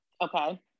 Okay